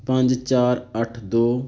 ਪੰਜ ਚਾਰ ਅੱਠ ਦੋ